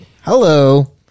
Hello